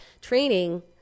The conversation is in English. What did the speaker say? Training